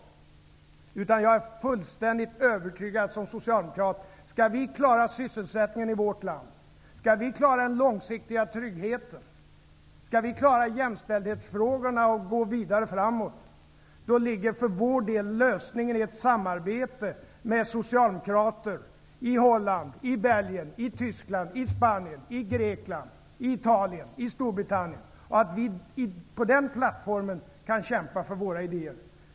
Jag är som socialdemokrat fullständigt övertygad om att om vi skall klara sysselsättningen i vårt land, om vi skall klara den långsiktiga tryggheten, om vi skall klara jämställdhetsfrågorna och gå vidare framåt, ligger för vår del lösningen i ett samarbete med socialdemokrater i Holland, i Belgien, i Storbritannien. Vi kan från den plattformen kämpa för våra idéer.